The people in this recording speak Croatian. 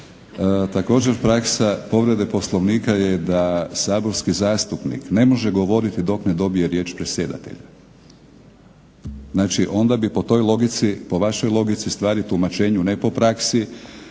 Također praska povrede Poslovnika da saborski zastupnik ne može govoriti dok ne dobije riječ predsjedatelja. Znači onda bi po toj logici, po vašoj logici stvari tumačenju ne po praksi,